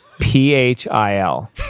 p-h-i-l